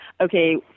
okay